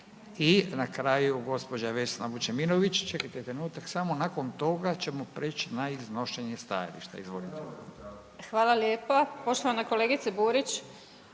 I na kraju gospođa Vesna Vučemilović, čekajte trenutak samo nakon toga ćemo preći na iznošenje stajališta. Izvolite. **Vučemilović,